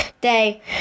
day